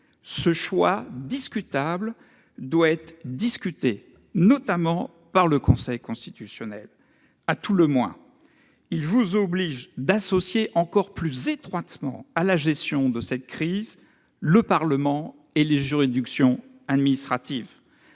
Ce choix discutable doit être discuté, notamment par le Conseil constitutionnel. À tout le moins, il vous oblige à associer encore plus étroitement à la gestion de cette crise le Parlement et les juridictions administratives.